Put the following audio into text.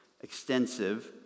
extensive